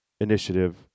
initiative